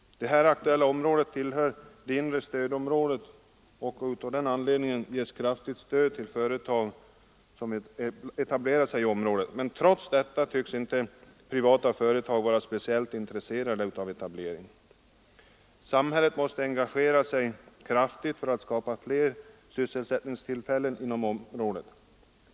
Det här aktuella området tillhör det inre stödområdet, och av den anledningen ges kraftigt stöd till företag som vill etablera sig där. Trots detta tycks inte privata företag vara speciellt intresserade av etablering. Samhället måste engagera sig kraftigt för att skapa fler sysselsättningstillfällen inom området.